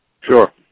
Sure